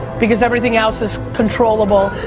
because everything else is controllable.